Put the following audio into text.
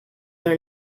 are